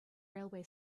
railway